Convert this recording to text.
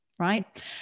right